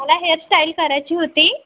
मला हेअरस्टाईल करायची होती